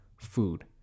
food